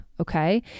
Okay